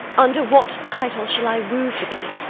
under what title shall i woo for thee,